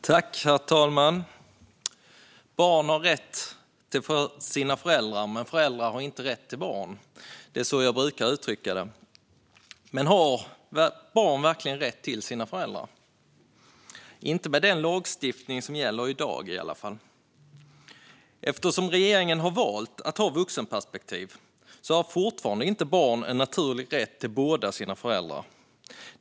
Herr talman! Barn har rätt till sina föräldrar, men föräldrar har inte rätt till barn. Så brukar jag uttrycka det. Men har barn verkligen rätt till sina föräldrar? Det har de inte med den lagstiftning som gäller i dag i alla fall. Eftersom regeringen har valt att ha ett vuxenperspektiv har barn fortfarande inte en naturlig rätt till båda sina föräldrar.